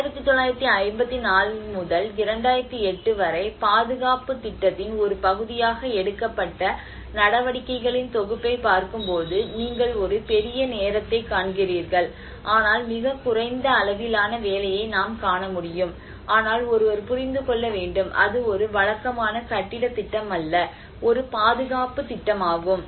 ஆனால் 1954 முதல் 2008 வரை பாதுகாப்புத் திட்டத்தின் ஒரு பகுதியாக எடுக்கப்பட்ட நடவடிக்கைகளின் தொகுப்பைப் பார்க்கும்போது நீங்கள் ஒரு பெரிய நேரத்தைக் காண்கிறீர்கள் ஆனால் மிகக் குறைந்த அளவிலான வேலையை நாம் காண முடியும் ஆனால் ஒருவர் புரிந்து கொள்ள வேண்டும் அது ஒரு வழக்கமான கட்டிடத் திட்டம் அல்ல ஒரு பாதுகாப்புத் திட்டம் ஆகும்